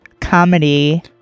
comedy